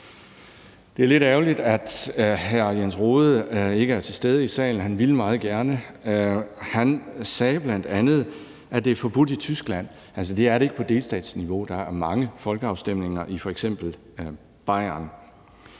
Det er lidt ærgerligt, at hr. Jens Rohde ikke er til stede i salen. Han ville meget gerne være her. Han sagde bl.a., at det er forbudt i Tyskland. Altså, det er det ikke på delstatsniveau, for der er mange folkeafstemninger i f.eks. Bayern.